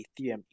Ethereum